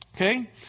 okay